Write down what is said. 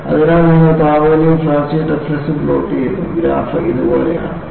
അതിനാൽ നിങ്ങൾ താപനിലയും ഫ്രാക്ചർ ടഫ്നെസും പ്ലോട്ട് ചെയ്യുന്നു ഗ്രാഫ് ഇതുപോലെയാണ്